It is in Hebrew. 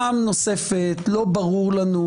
פעם נוספת לא ברור לנו,